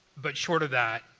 but short of that,